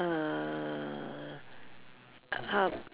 err um